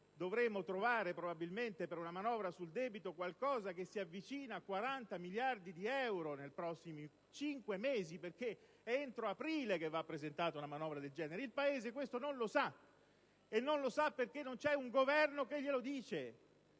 debito probabilmente dovremo trovare qualcosa che si avvicina ai 40 miliardi di euro nei prossimi cinque mesi, perché è entro aprile che va presentata una manovra del genere. Il Paese questo non lo sa, e non lo sa perché non c'è un Governo che glielo dica.